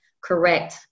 correct